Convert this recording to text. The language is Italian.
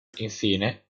infine